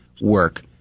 work